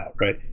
right